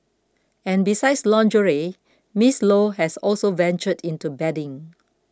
and besides lingerie Miss Low has also ventured into bedding